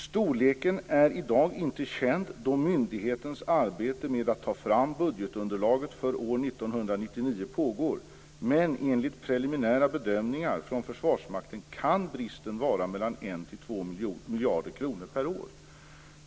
Storleken är i dag inte känd då myndighetens arbete med att ta fram budgetunderlaget för år 1999 pågår, men enligt preliminära bedömningar från Försvarsmakten kan bristen vara mellan 1 och 2 miljarder kronor per år.